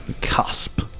cusp